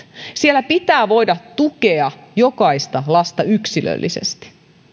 siellä pitää voida tukea jokaista lasta yksilöllisesti